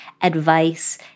advice